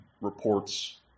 reports